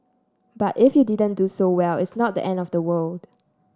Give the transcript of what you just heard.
but if you didn't do so well it's not the end of the world